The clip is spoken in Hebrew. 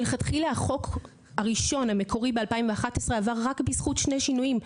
מלכתחילה החוק הראשון המקורי ב-2011 עבר רק בזכות שני שינויים,